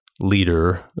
leader